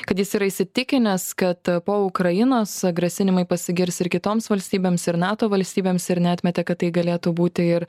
kad jis yra įsitikinęs kad po ukrainos grasinimai pasigirs ir kitoms valstybėms ir nato valstybėms ir neatmetė kad tai galėtų būti ir